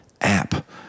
app